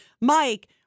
Mike—